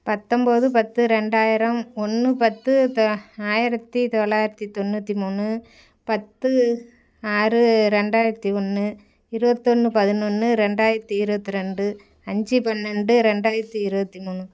பத்தோம்போது பத்து ரெண்டாயிரம் ஒன்று பத்து த ஆயிரத்தி தொள்ளாயிரத்தி தொண்ணூற்றி மூணு பத்து ஆறு ரெண்டாயிரத்தி ஒன்று இருபத்தொன்னு பதினொன்று ரெண்டாயிரத்தி இருபத்தி ரெண்டு அஞ்சு பன்னெண்டு ரெண்டாயிரத்தி இருபத்தி மூணு